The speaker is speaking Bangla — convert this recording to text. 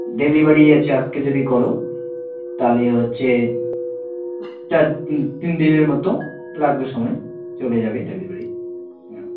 ডেলিভারি আছে আজকে যদি করো তাহলে হচ্ছে চার তিন দিনের মতো লাগবে সময় চলে যাবে ডেলিভারি হুম